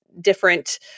different